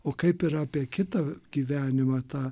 o kaip ir apie kitą gyvenimą tą